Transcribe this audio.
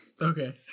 Okay